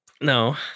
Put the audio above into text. no